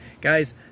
Guys